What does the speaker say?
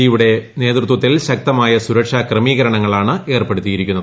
ജിയുടെ നേതൃത്വത്തിൽ ശക്തമായ സുരക്ഷ ക്രമീകരണങ്ങളാണ് ഏർപ്പെടുത്തിയിരിക്കുന്നത്